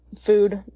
food